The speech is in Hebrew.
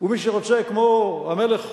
ומי שרוצה כמו המלך חוסיין,